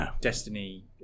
Destiny